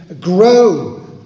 grow